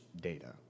data